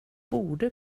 borde